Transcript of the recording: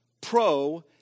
pro